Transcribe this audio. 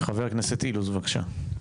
חבר הכנסת אילוז, בבקשה.